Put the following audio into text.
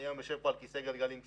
אני היום יושב כאן על כיסא גלגלים סתם,